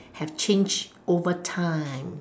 have changed over time